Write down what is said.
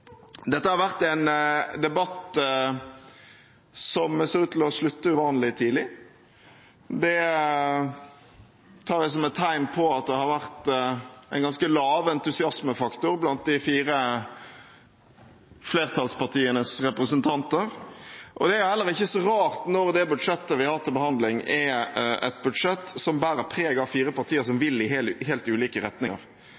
Dette har vært en debatt som ser ut til å slutte uvanlig tidlig. Det tar jeg som et tegn på at det har vært en ganske lav entusiasmefaktor blant de fire flertallspartienes representanter. Det er heller ikke så rart når det budsjettet vi har til behandling, er et budsjett som bærer preg av fire partier som vil i helt ulike retninger,